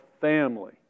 family